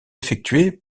effectué